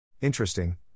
Interesting